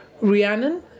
Rhiannon